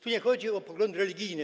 Tu nie chodzi o poglądy religijne.